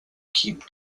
keep